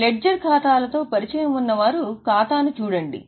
ledger ఖాతాలతో పరిచయం ఉన్నవారు ఖాతాను చూడండి